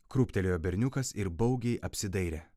krūptelėjo berniukas ir baugiai apsidairė